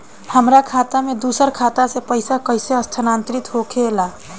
हमार खाता में दूसर खाता से पइसा कइसे स्थानांतरित होखे ला?